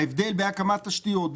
ההבדל בהקמת תשתיות,